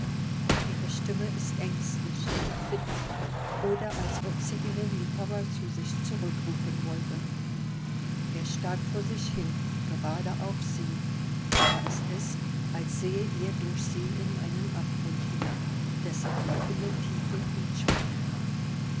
ihre stimme ist ängstlich bittend oder als ob sie ihren liebhaber zu sich zurückrufen wollte er starrt vor sich hin gerade auf sie aber es ist als sehe er durch sie in einen abgrund hinab dessen lockende tiefe ihn schwindlig macht